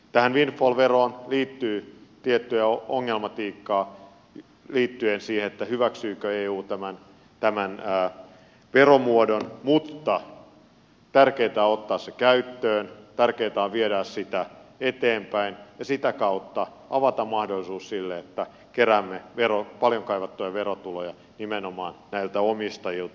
tähän windfall veroon liittyy tiettyä ongelmatiikkaa liittyen siihen hyväksyykö eu tämän veromuodon mutta tärkeää on ottaa se käyttöön tärkeää on viedä sitä eteenpäin ja sitä kautta avata mahdollisuus siihen että keräämme paljon kaivattuja verotuloja nimenomaan näiltä omistajilta